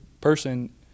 person